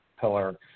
pillar